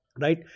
right